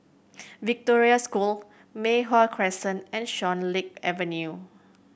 Victoria School Mei Hwan Crescent and Swan Lake Avenue